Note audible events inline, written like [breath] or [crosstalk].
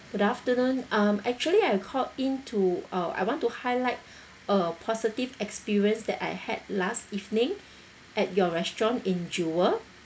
good afternoon um actually I called in to uh I want to highlight [breath] a positive experience that I had last evening at your restaurant in jewel